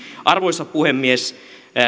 arvoisa puhemies